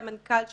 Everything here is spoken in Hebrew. המנכ"ל שלו.